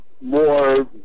more